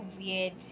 weird